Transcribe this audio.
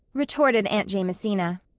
retorted aunt jamesina.